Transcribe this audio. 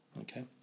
Okay